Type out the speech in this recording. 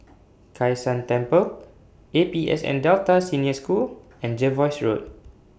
Kai San Temple A P S N Delta Senior School and Jervois Road